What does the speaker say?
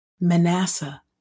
Manasseh